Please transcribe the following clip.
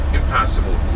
impossible